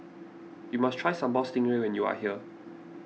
you must try Sambal Stingray when you are here